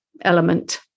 element